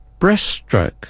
breaststroke